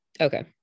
Okay